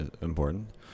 important